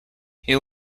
you